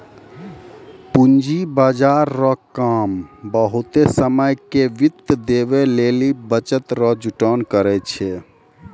पूंजी बाजार रो काम बहुते समय के वित्त देवै लेली बचत रो जुटान करै छै